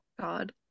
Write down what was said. God